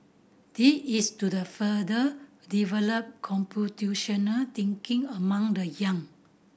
this is to the further develop computational thinking among the young